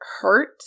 hurt